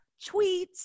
tweets